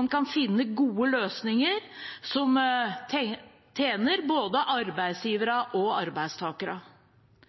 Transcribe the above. en kan finne gode løsninger som tjener både